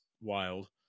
wild